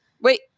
Wait